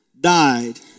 died